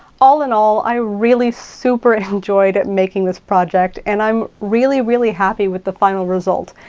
all in all, i really super enjoyed making this project, and i'm really, really happy with the final result.